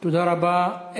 תודה רבה.